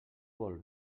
vol